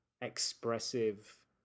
expressive